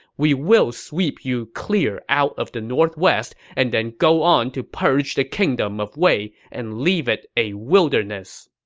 we will sweep you clear out of the northwest and then go on to purge the kingdom of wei and leave it a wilderness!